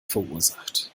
verursacht